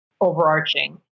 overarching